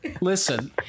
listen